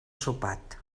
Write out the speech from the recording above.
sopat